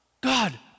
God